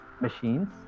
machines